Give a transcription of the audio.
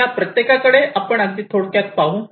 या प्रत्येकाकडे आपण अगदी थोडक्यात पाहू